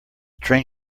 train